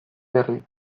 berri